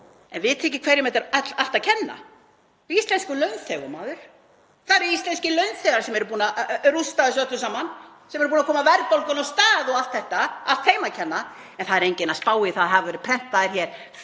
þið ekki hverjum þetta er allt að kenna? Íslenskum launþegum, maður. Það eru íslenskir launþegar sem eru búnir að rústa þessu öllu saman, sem eru búnir að koma verðbólgunni af stað og allt þetta, allt þeim að kenna. En það er enginn að spá í að það hafa verið prentaðir hér